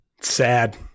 Sad